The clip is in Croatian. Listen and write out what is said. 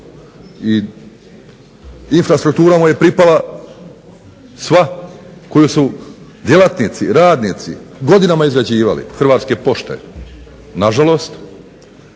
i infrastruktura mu je pripala sva koju su djelatnici, radnici godinama izrađivali. Hrvatske pošte nažalost,